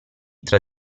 tra